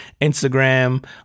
Instagram